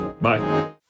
Bye